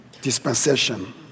dispensation